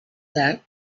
that